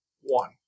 one